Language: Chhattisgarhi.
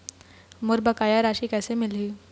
मोर बकाया राशि कैसे मिलही?